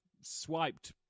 swiped